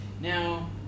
Now